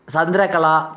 Chandrakala